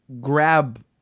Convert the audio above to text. grab